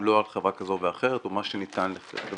לא על חברה כזו ואחרת או מה שניתן לחברה,